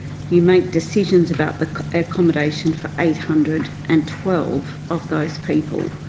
you make decisions about the accommodation for eight hundred and twelve of those people.